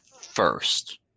first